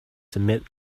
submit